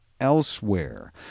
elsewhere